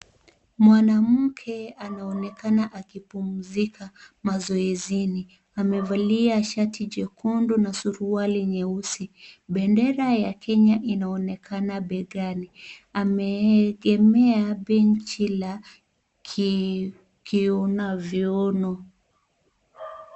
Mwanamke anaonekana akipumzika mazoezini. Amevalia shati jekundu na suruali nyeusi. Pendera ya Kenya inaonekana begani. Ameegemea benchi la kiuna viuno.